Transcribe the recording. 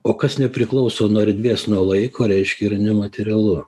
o kas nepriklauso nuo erdvės nuo laiko reiškia yra nematerialu